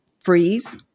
freeze